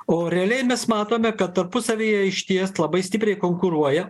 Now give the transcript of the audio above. o realiai mes matome kad tarpusavyje išties labai stipriai konkuruoja